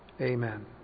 Amen